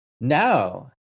No